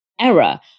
error